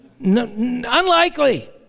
unlikely